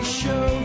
show